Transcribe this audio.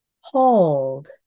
hold